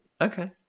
okay